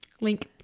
link